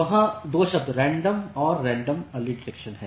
वहाँ 2 शब्द रैंडम और रैंडम अर्ली डिटेक्शन हैं